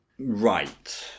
Right